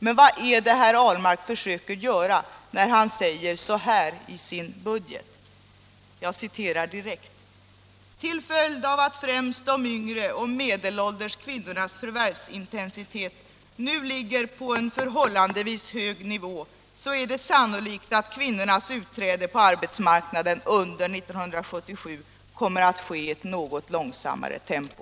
Men vad är det herr Ahlmark försöker göra när han säger så här i sin budget: ”Till följd av att främst de yngre och medelålders kvinnornas förvärvsintensitet nu ligger på en förhållandevis hög nivå är det sannolikt att kvinnornas utträde på arbetsmarknaden under år 1977 kommer att ske i ett något långsammare tempo?”